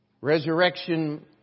Resurrection